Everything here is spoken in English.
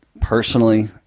personally